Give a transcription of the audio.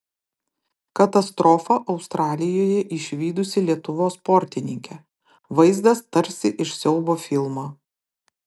katastrofą australijoje išvydusi lietuvos sportininkė vaizdas tarsi iš siaubo filmo